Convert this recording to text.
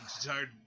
tired